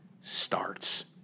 starts